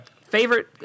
Favorite